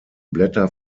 blätter